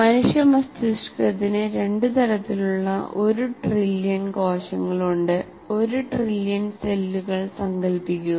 മനുഷ്യ മസ്തിഷ്കത്തിന് രണ്ട് തരത്തിലുള്ള ഒരു ട്രില്യൺ കോശങ്ങളുണ്ട് ഒരു ട്രില്യൺ സെല്ലുകൾ സങ്കൽപ്പിക്കുക